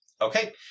Okay